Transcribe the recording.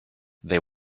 they